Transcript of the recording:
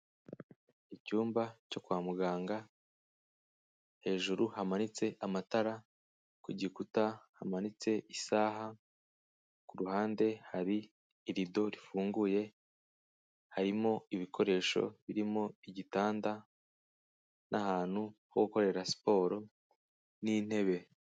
Icyumba cyo kwa muganga hejuru hamanitse amatara ku gikuta hamanitse isaha kuruhande hari irido rifunguye, harimo ibikoresho birimo igitanda n'ahantu ho gukorera siporo n'intebe.